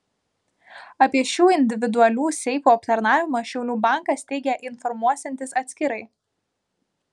apie šių individualių seifų aptarnavimą šiaulių bankas teigia informuosiantis atskirai